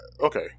okay